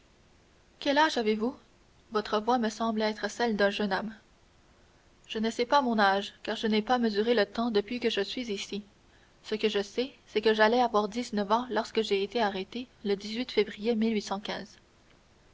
quel âge avez-vous votre voix semble être celle d'un jeune homme je ne sais pas mon âge car je n'ai pas mesuré le temps depuis que je suis ici ce que je sais c'est que j'allais avoir dix-neuf ans lorsque j'ai été arrêté le février